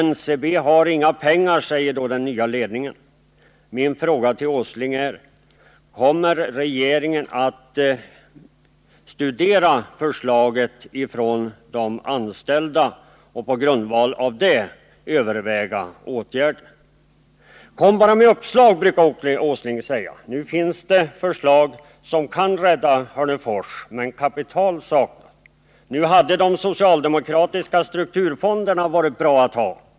NCB har inga pengar, säger då den nya ledningen. Min fråga till Nils Åsling blir: Kommer regeringen att studera förslaget från de anställda och på grundval härav överväga åtgärder? Kom bara med uppslag! brukar Nils Åsling säga. Nu finns det förslag som kan rädda Hörnefors, men kapital saknas. Nu hade de socialdemokratiska strukturfonderna varit bra att ha.